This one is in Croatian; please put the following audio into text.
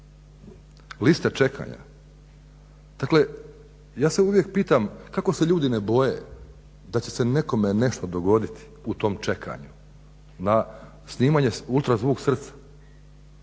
liste čekanja. Dakle, ja se uvijek pitam kako se ljudi ne boje da će se nekome nešto dogoditi u tom čekanju, na snimanje ultrazvuk srca.